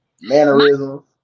mannerisms